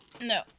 no